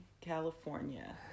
California